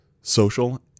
social